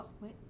wait